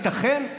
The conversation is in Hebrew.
הייתכן?